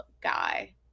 guy